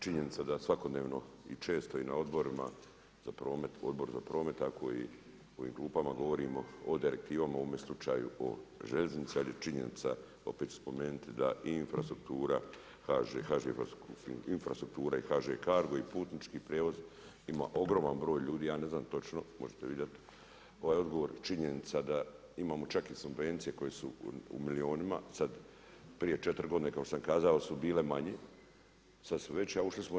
Činjenica da svakodnevno i često i na odborima, Odboru za promet, tako i u ovom klupama govorimo o direktivama u ovome slučaju, o željeznici, ali je činjenica opet ću spomenuti da i HŽ infrastruktura i HŽ Cargo i putnički prijevoz ima ogroman broj ljudi, ja ne znam točno, možda ćete vi dati ovaj odgovor, činjenica da imamo čak i subvencije koje su u milijuna, sad prije 4 godine kao što sam kazao su bile manje, sad su veće, a ušli smo u EU.